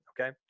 okay